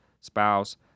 spouse